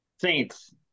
Saints